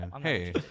Hey